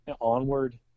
onward